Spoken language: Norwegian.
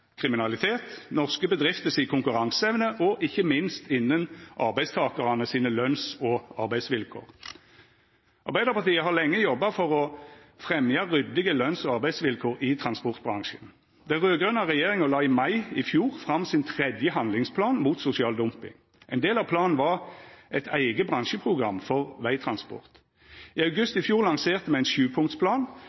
kriminalitet, konkurranseevna til norske bedrifter og ikkje minst innan løns- og arbeidsvilkåra til arbeidstakarane. Arbeidarpartiet har lenge jobba for å fremja ryddige løns- og arbeidsvilkår i transportbransjen. Den raud-grøne regjeringa la i mai i fjor fram sin tredje handlingsplan mot sosial dumping. Ein del av planen var eit eige bransjeprogram for vegtransport. I august i fjor lanserte me ein